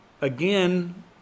again